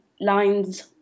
lines